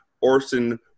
Orson